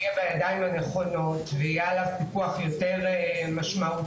שיהיה בידיים הנכונות ויהיה עליו פיקוח יותר משמעותי.